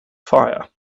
fire